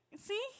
See